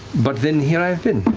but then here i've been,